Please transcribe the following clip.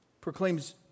proclaims